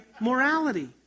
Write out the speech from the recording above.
morality